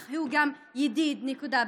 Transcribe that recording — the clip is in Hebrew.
אך הוא גם ידיד, נקודה.